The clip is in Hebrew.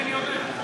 אלקין יודע.